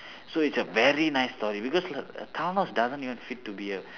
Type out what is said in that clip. so it's a very nice story because thanos doesn't even fit to be a